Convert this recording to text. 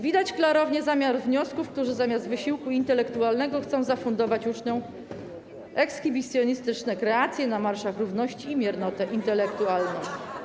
Widać klarownie zamiary wnioskodawców, którzy zamiast wysiłku intelektualnego chcą zafundować uczniom ekshibicjonistyczne kreacje na marszach równości i miernotę intelektualną.